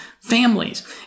families